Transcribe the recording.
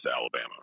Alabama